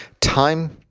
time